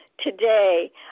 Today